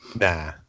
Nah